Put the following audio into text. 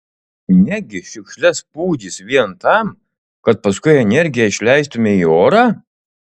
negi šiukšles pūdys vien tam kad paskui energiją išleistumei į orą